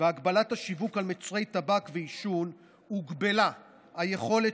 והגבלת השיווק על מוצרי טבק ועישון הוגבלה היכולת